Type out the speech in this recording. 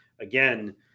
again